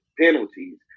penalties